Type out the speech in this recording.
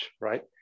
right